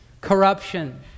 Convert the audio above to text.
corruption